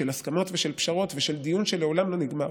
של הסכמות ושל פשרות ושל דיון שלעולם לא נגמר